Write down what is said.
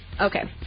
Okay